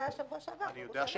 הדבר השני שבאמת אני רוצה לשאול,